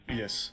yes